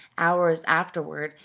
hours afterward,